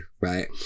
right